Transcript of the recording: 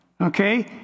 okay